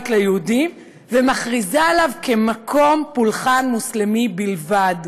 ליהודים ומכריז עליו כמקום פולחן מוסלמי בלבד.